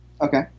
okay